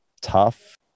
tough